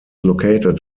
located